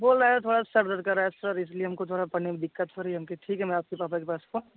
बोल रहा है तोड़ा सिर दर्द कर रहा सिर इसलिए हमको थोड़ा पढ़ने में दिक़्क़त हो रही है हम कहे ठीक है मैं आपके पापा के पास फ़ोन